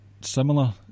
similar